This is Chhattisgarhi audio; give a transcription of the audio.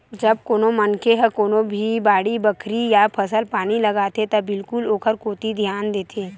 जब कोनो मनखे ह कोनो भी बाड़ी बखरी या फसल पानी लगाथे त बिल्कुल ओखर कोती धियान देथे